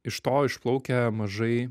iš to išplaukia mažai